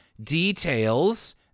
Details